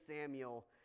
Samuel